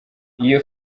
iyo